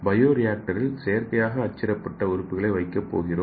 bio ரியாக்டரில் செயற்கையாக அச்சிடப்பட்ட உறுப்புகளை வைக்கப் போகிறோம்